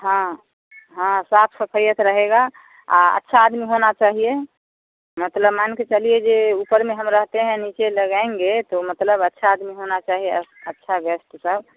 हाँ हाँ साफ़ सफइयत रहेगी आ अच्छा आदमी होना चाहिए मतलब मान के चलिए जो उपर में हम रहते हैं नीचे लगाएँगे तो मतलब अच्छा आदमी होना चाहिए अच्छा गेस्ट सब